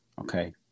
Okay